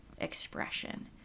expression